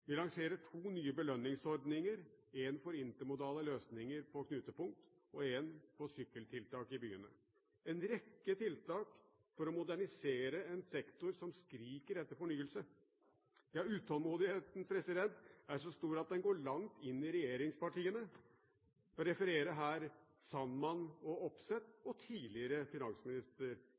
Vi lanserer to nye belønningsordninger: én for intermodale løsninger på knutepunkt og én for sykkeltiltak i byene – en rekke tiltak for å modernisere en sektor som skriker etter fornyelse. Ja, utålmodigheten er så stor at den går langt inn i regjeringspartiene! Jeg refererer her til Sandman og Opseth og – tidligere – finansminister